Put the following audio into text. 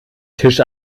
tisch